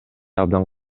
абдан